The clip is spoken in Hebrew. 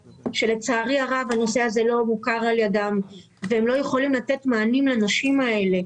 שלצערי הנושא הזה לא מוכר על ידם והם לא יכולים לתת מענים לנשים האלה.